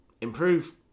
improve